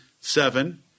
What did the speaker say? seven